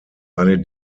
eine